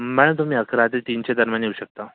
ma'am तुम्ही अकरा ते तीनच्या दरम्यान येऊ शकता